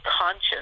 conscious